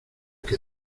que